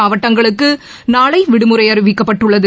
மாவட்டங்களுக்கு நாளை விடுமுறை அறிவிக்கப்பட்டுள்ளது